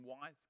wise